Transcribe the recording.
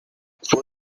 fue